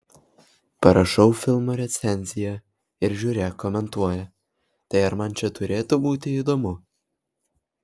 parašau filmo recenziją ir žiūrėk komentuoja tai ar man čia turėtų būti įdomu